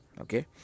Okay